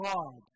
God